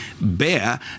bear